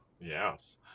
Yes